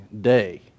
day